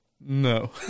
No